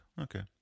okay